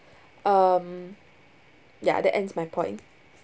um ya that ends my point